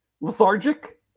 lethargic